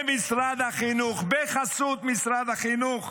במשרד החינוך, בחסות משרד החינוך,